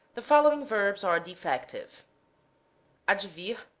the following verbs are defective advir